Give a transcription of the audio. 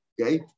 okay